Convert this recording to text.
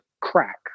crack